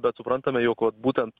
bet suprantame jog būtent